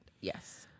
yes